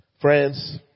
Friends